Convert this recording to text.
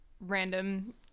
random